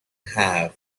have